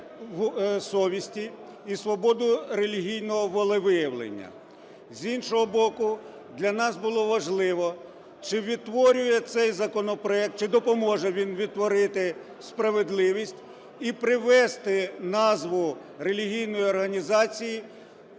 совісті і свободу релігійного волевиявлення, з іншого боку, для нас було важливо, чи відтворює цей законопроект, чи допоможе він відтворити справедливість і привести назву релігійної організації